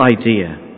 idea